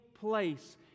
place